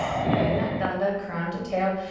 find that dunda, crown to tail,